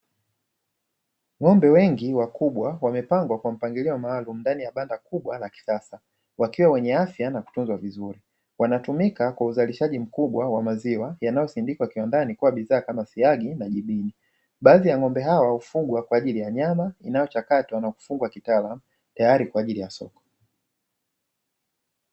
Ng'ombe wengi wakubwa wamepangwa kwa mpangilio maalumu ndani ya banda kubwa la kisasa, wakiwa wenye afya na kutunzwa vizuri, wanatumika kwa uzalishaji mkubwa wa maziwa yanayosindikwa kiwandani kuwa bidhaa kama siagi na jibini. Baadhi ya ng'ombe hawa hufugwa kwa ajili ya nyama inayochakatwa na kufungwa kitaalamu tayari kwa ajili ya soko.